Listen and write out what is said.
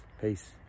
Peace